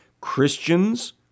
Christians